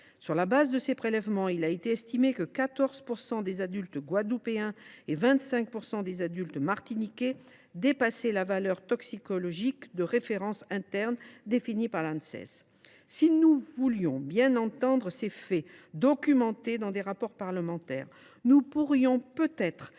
Sur la base de ces prélèvements, il a été estimé que 14 % des adultes guadeloupéens et 25 % des adultes martiniquais dépassaient la valeur toxicologique de référence interne définie par l’Anses. Si nous voulions bien entendre ces faits, documentés dans des rapports parlementaires, nous pourrions peut être réexaminer